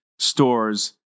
stores